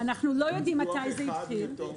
אנחנו לא יודעים מתי זה התחיל.